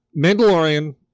Mandalorian